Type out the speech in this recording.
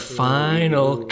final